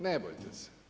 Ne bojte se.